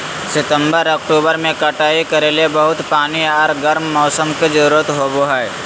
सितंबर, अक्टूबर में कटाई करे ले बहुत पानी आर गर्म मौसम के जरुरत होबय हइ